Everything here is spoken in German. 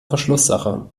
verschlusssache